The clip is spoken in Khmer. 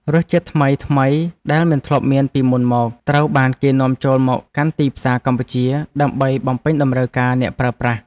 រសជាតិថ្មីៗដែលមិនធ្លាប់មានពីមុនមកត្រូវបានគេនាំចូលមកកាន់ទីផ្សារកម្ពុជាដើម្បីបំពេញតម្រូវការអ្នកប្រើប្រាស់។